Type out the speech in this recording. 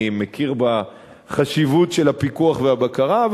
אני מכיר בחשיבות של הפיקוח והבקרה,